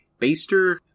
Baster